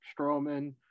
Strowman